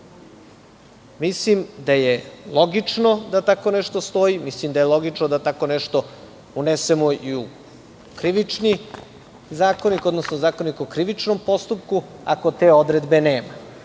Mislim da je logično da tako nešto stoji. Mislim da je logično da tako nešto unesemo i u Krivični zakonik, odnosno ZKP, ako te odredbe nema.